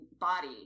body –